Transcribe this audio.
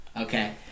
Okay